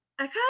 okay